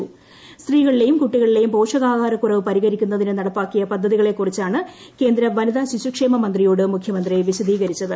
ഫട്നാവിസ് കേന്ദ്രമന്ത്രി സ്മൃതി സ്ത്രീകളിലെയും കുട്ടികളിലെയും പോഷകാഹാരക്കുറവ് പരിഹരിക്കുന്നതിന് നടപ്പാക്കിയ പദ്ധതികളെ കുറിച്ചാണ് കേന്ദ്ര വനിത ശിശുക്ഷേമ മന്ത്രിയോട് മുഖ്യമന്ത്രി വിശദീകരിച്ചത്